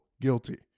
guilty